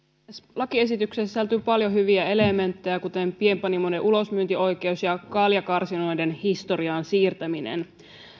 lakiesitykseen sisältyy paljon hyviä elementtejä kuten pienpanimoiden ulosmyyntioikeus ja kaljakarsinoiden siirtäminen historiaan